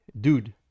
dude